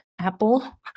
Apple